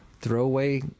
throwaway